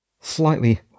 Slightly